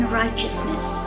righteousness